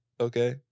Okay